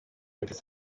ndetse